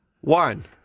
one